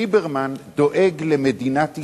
ליברמן דואג למדינת ישראל.